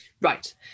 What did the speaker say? Right